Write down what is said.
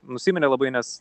nusiminė labai nes